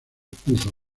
puso